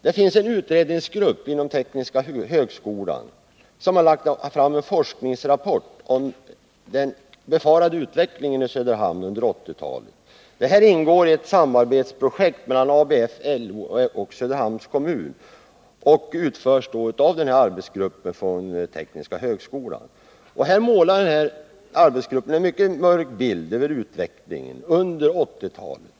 Det finns en utredningsgrupp inom Tekniska högskolan som lagt fram en forskningsrapport om den befarade utvecklingen i Söderhamn under 1980 talet. Den ingår i ett samarbetsprojekt mellan ABF, LO och Söderhamns kommun som utförs av denna arbetsgrupp från Tekniska högskolan. Arbetsgruppen målar upp en mycket mörk bild av utvecklingen under 1980-talet.